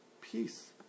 Peace